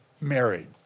married